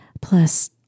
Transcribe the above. plus